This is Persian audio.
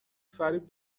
فریب